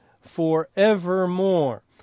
forevermore